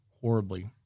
horribly